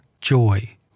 Joy